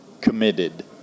committed